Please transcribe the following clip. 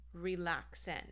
relaxing